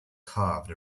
carved